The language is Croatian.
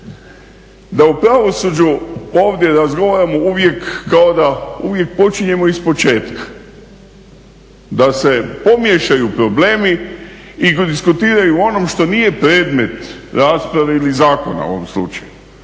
da u pravosuđu ovdje razgovaramo uvijek kao da uvijek počinjemo ispočetka, da se pomiješaju problemi i diskutiraju o onom što nije predmet rasprave ili zakona u ovom slučaju.